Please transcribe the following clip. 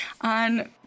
on